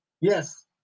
Yes